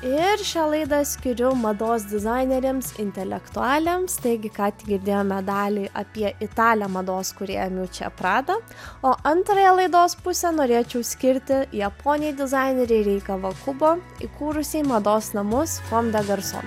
ir šią laidą skyriau mados dizaineriams intelektualėms taigi ką tik girdėjome dalį apie italę mados kūrėją čia prada o antrąją laidos pusę norėčiau skirti japonei dizainerei rei kavakubo įkūrusiai mados namus kom de garson